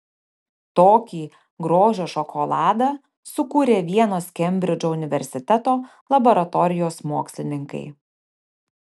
tokį grožio šokoladą sukūrė vienos kembridžo universiteto laboratorijos mokslininkai